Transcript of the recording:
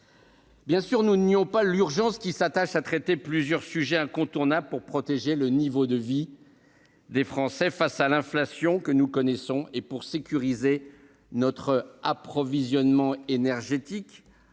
Bien entendu, nous ne nions pas l'urgence qui s'attache à traiter plusieurs sujets incontournables, afin de protéger le niveau de vie des Français face à l'inflation et sécuriser notre approvisionnement énergétique,